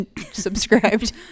subscribed